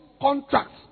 contracts